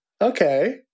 Okay